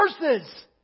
verses